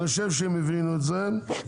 אני חושב שהם הבינו את זה.